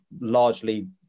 largely